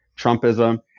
Trumpism